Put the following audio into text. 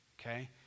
okay